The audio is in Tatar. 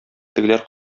тегеләр